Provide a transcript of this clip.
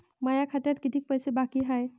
माया खात्यात कितीक पैसे बाकी हाय?